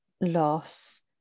loss